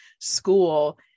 school